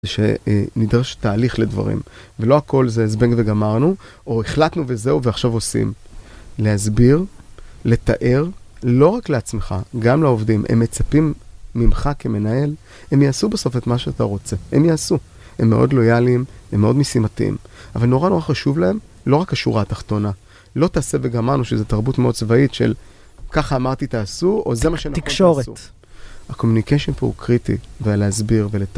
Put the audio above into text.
שנדרש תהליך לדברים, ולא הכל זה זבנג וגמרנו, או החלטנו וזהו ועכשיו עושים. להסביר, לתאר, לא רק לעצמך, גם לעובדים. הם מצפים ממך כמנהל, הם יעשו בסוף את מה שאתה רוצה, הם יעשו. הם מאוד לואליים, הם מאוד משימתיים, אבל נורא נורא חשוב להם, לא רק השורה התחתונה, לא תעשה וגמרנו, שזו תרבות מאוד צבאית של, ככה אמרתי תעשו, או זה מה שאנחנו... תקשורת. הקומוניקשן פה הוא קריטי, והלהסביר ולתאר.